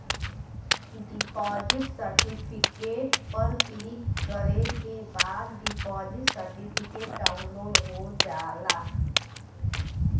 deposit certificate पर click करे के बाद डिपॉजिट सर्टिफिकेट डाउनलोड हो जाला